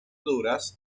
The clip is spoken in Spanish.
duras